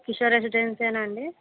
కిషోర్ రెసిడెన్సీయేనా అండి